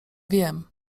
wiem